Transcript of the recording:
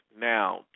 now